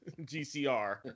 GCR